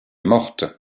morte